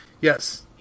Yes